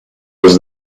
was